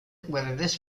this